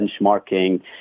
benchmarking